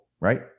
right